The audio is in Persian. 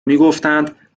میگفتند